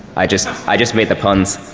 i just i just make the puns.